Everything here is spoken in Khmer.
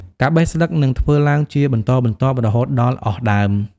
ការបេះស្លឹកនឹងធ្វើឡើងជាបន្តបន្ទាប់រហូតដល់អស់ដើម។